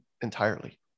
entirely